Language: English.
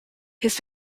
his